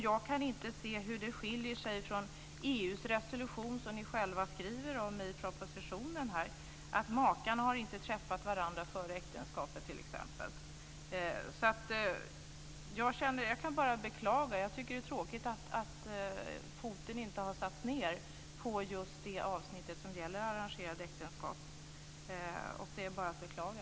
Jag kan inte se hur det här skiljer sig från EU:s resolution som ni själva skriver om i propositionen, om att makarna t.ex. inte har träffat varandra före äktenskapet. Jag kan bara beklaga. Jag tycker att det är tråkigt att foten inte har satts ned på just det avsnitt som gäller arrangerade äktenskap. Det är bara att beklaga.